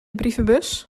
brievenbus